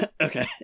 okay